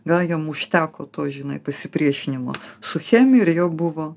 gal jam užteko to žinai pasipriešinimo su chemija ir jau buvo